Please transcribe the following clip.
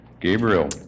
Gabriel